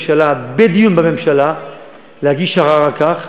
ביקשתי מהיועץ המשפטי לממשלה בדיון בממשלה להגיש ערר על כך.